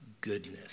goodness